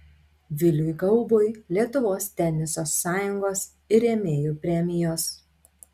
viliui gaubui lietuvos teniso sąjungos ir rėmėjų premijos